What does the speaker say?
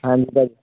ਹਾਂਜੀ ਭਾਅ ਜੀ